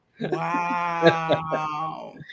Wow